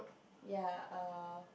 ya err